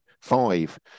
five